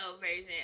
version